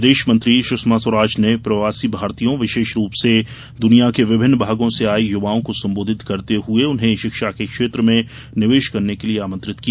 विदेश मंत्री सुषमा स्वाराज ने प्रवासी भारतीयों विर्शेष रूप से दुनिया के विभिन्न भागों से आए युवाओं को संबोधित करते हुए उन्हें शिक्षा के क्षेत्र में निवेश करने के लिए आमंत्रित किया